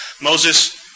Moses